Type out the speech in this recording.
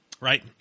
right